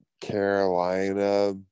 Carolina